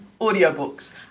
Audiobooks